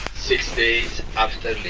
six days after,